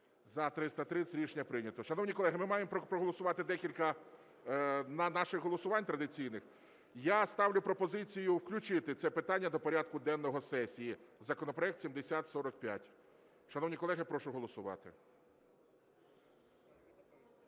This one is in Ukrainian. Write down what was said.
За-330 Рішення прийнято. Шановні колеги, ми маємо проголосувати декілька наших голосувань традиційних. Я ставлю пропозицію включити це питання до порядку денного сесії, законопроект 7045. Шановні колеги, прошу голосувати.